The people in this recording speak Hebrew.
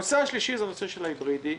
הנושא השלישי הוא באשר לרכב ההיברידי,